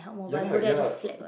ya lah ya lah er